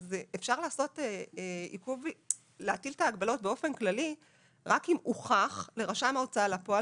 אז אפשר להטיל את ההגבלות באופן כללי רק אם הוכח לרשם ההוצאה לפועל,